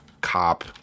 cop